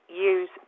use